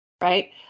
Right